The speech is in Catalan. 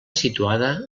situada